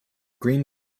green